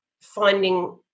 finding